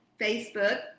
Facebook